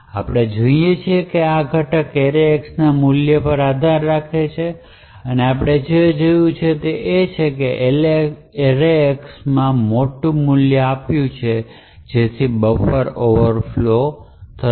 આપણે જાણીએ છીએ કે આ ઘટક arrayx ના મૂલ્ય પર આધાર રાખે છે અને આપણે જે જોયું છે તે એ છે કે આપણે arrayx માં મોટું મૂલ્ય આપ્યું છે જેથી તે બફર ઓવરફ્લો નું કારણ બનશે